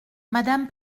madame